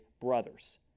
brothers